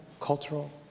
cultural